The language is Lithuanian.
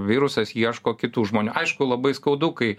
virusas ieško kitų žmonių aišku labai skaudu kai